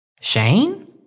Shane